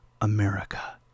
America